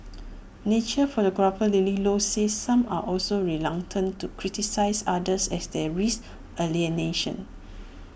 nature photographer lily low said some are also reluctant to criticise others as they risk alienation